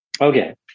Okay